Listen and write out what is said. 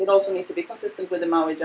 it also needs to be consistent with him always